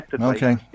Okay